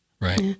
right